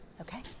Okay